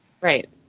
Right